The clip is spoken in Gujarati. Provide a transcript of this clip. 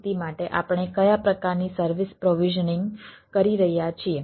તેથી વર્ડ પ્રોસેસિંગ કરી રહ્યા છીએ